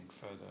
further